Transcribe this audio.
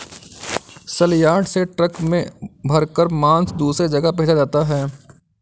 सलयार्ड से ट्रक में भरकर मांस दूसरे जगह भेजा जाता है